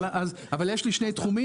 אבל יש לי שני תחומים,